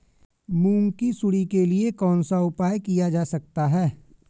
मूंग की सुंडी के लिए कौन सा उपाय किया जा सकता है?